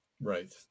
Right